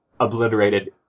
obliterated